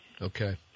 Okay